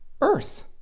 earth